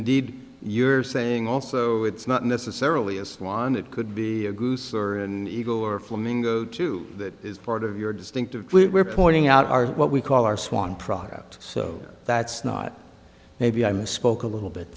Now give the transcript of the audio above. indeed you're saying also it's not necessarily a swan it could be a goose or eagle or flamingo two that is part of your distinctive we're pointing out our what we call our swan product so that's not maybe i misspoke a little bit